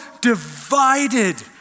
divided